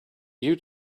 you